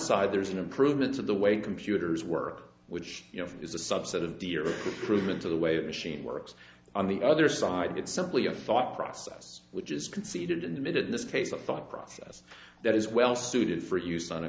side there's an improvement of the way computers work which is a subset of d or proven to the way a machine works on the other side it's simply a thought process which is conceded in the middle in this case a thought process that is well suited for use on a